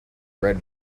red